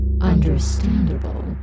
understandable